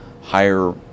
higher